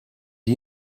you